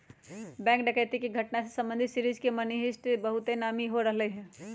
bank डकैती के घटना से संबंधित सीरीज मनी हीस्ट बहुते नामी हो रहल हइ